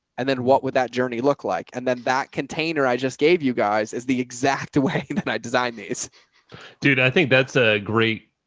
and then what would that journey look like? and then that container i just gave you guys is the exact way that i designed these dude. i think that's ah great.